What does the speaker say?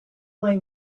they